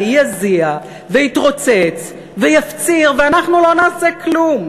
יזיע ויתרוצץ ויפציר ואנחנו לא נעשה כלום.